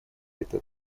это